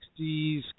60s